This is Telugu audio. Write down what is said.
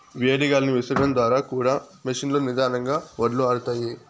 వేడి గాలిని విసరడం ద్వారా కూడా మెషీన్ లో నిదానంగా వడ్లు ఆరుతాయి